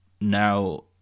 now